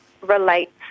relates